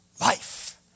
life